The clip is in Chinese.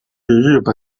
日本